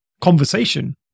conversation